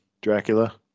Dracula